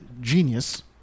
genius